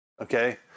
Okay